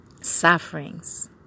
sufferings